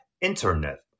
internet